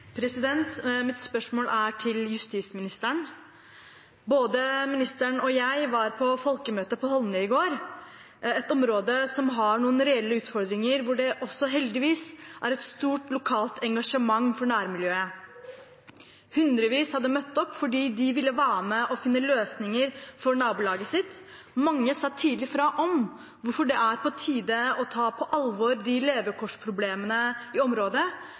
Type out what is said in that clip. hovedspørsmål. Mitt spørsmål går til justisministeren. Både ministeren og jeg var på folkemøtet på Holmlia i går, et område som har noen reelle utfordringer, og hvor det også heldigvis er et stort lokalt engasjement for nærmiljøet. Hundrevis hadde møtt opp fordi de ville være med og finne løsninger for nabolaget sitt. Mange sa tydelig fra om hvorfor det er på tide å ta på alvor levekårsproblemene i området,